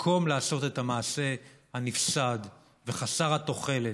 במקום לעשות את המעשה הנפסד וחסר התוחלת,